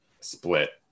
split